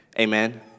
Amen